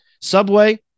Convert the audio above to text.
Subway